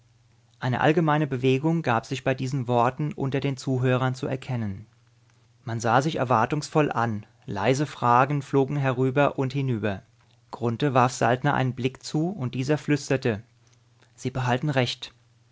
eine allgemeine bewegung gab sich bei diesen worten unter den zuhörern zu erkennen man sah sich erwartungsvoll an leise fragen flogen herüber und hinüber grunthe warf saltner einen blick zu und dieser flüsterte sie behalten recht